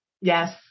Yes